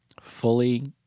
fully